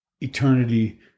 eternity